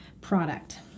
product